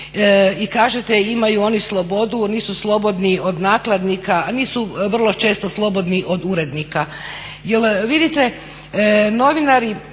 I kažete imaju oni slobodu, nisu slobodni od nakladnika, a nisu vrlo često slobodni od urednika.